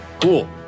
Cool